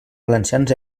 valencians